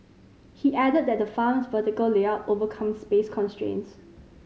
he added that the farm's vertical layout overcomes space constraints